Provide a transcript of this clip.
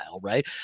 right